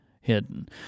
hidden